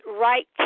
right